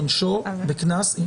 עונשו --- שנייה.